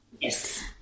Yes